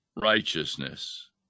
righteousness